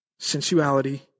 sensuality